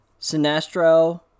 sinestro